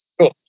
Cool